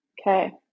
okay